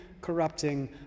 corrupting